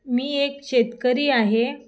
मी एक शेतकरी आहे